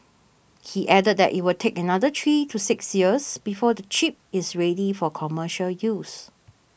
he added that it will take another three to six years before the chip is ready for commercial use